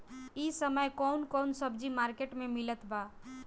इह समय कउन कउन सब्जी मर्केट में मिलत बा?